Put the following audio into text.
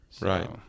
Right